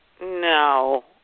no